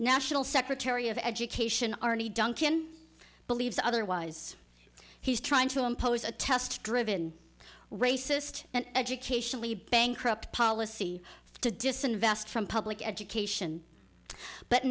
national secretary of education arnie duncan believes otherwise he's trying to impose a test driven racist and educationally bankrupt policy to disinvest from public education but